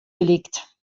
gelegt